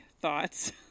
thoughts